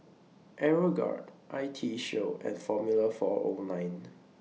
Aeroguard I T Show and Formula four O nine